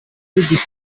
n’igice